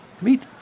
Meet